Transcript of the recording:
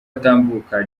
atambuka